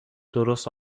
درست